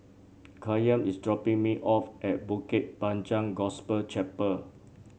Kyan is dropping me off at Bukit Panjang Gospel Chapel